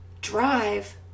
drive